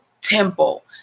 temple